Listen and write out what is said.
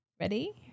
Ready